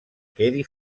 quedi